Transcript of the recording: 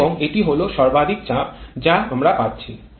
এবং এটি হল সর্বাধিক চাপ যা আমরা পাচ্ছি